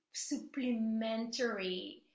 supplementary